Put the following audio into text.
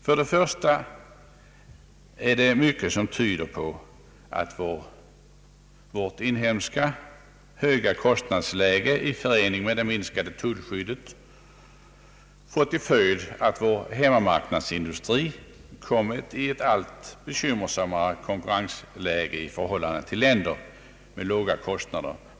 För det första tyder mycket på att vårt inhemska höga kostnadsläge i förening med det minskade tullskyddet har fått till följd att vår hemmamarknadsindustri har kommit i ett allt bekymmersammare konkurrensläge i förhållande till länder med låga kostnader.